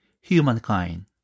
humankind